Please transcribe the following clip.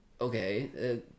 okay